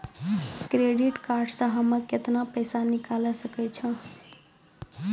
Credit card से हम्मे केतना पैसा निकाले सकै छौ?